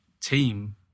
team